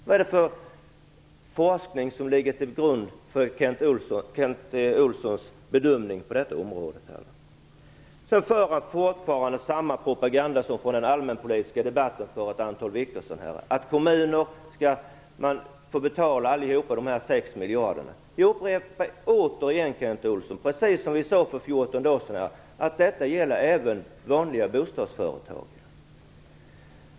Vad är det för forskning som ligger till grund för Kent Olssons bedömning på detta område? Han för också fortfarande samma propaganda som från den allmänpolitiska debatten för ett antal veckor sedan, att alla kommuner skall få betala de här sex miljarderna. Jag upprepar återigen, Kent Olsson, precis som vi sade för 14 dagar sedan, att detta gäller även vanliga bostadsföretag.